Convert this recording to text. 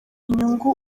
inyungu